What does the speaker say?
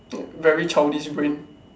very childish brain